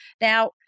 Now